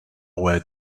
way